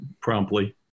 promptly